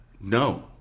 No